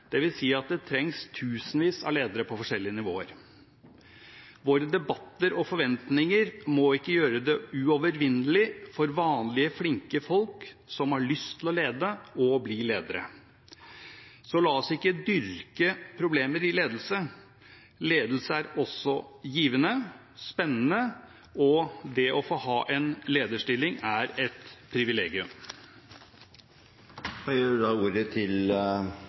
at det trengs tusenvis av ledere på forskjellige nivåer. Våre debatter og forventninger må ikke gjøre det uovervinnelig for vanlige flinke folk som har lyst til å lede, å bli ledere. Så la oss ikke dyrke problemer i ledelse. Ledelse er også givende, spennende, og det å få ha en lederstilling er et